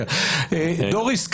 דוריס,